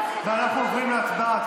ואנחנו עוברים להצבעה.